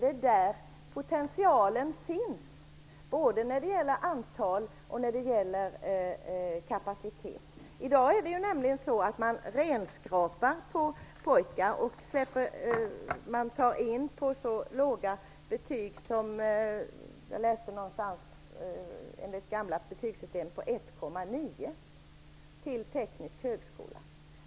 Där finns potentialen, både när det gäller antal och när det gäller kapacitet. I dag renskrapas beståndet av pojkar. De tas in på så låga betyg som 1,9, enligt den gamla betygsskalan, till teknisk högskola.